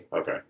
Okay